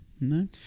no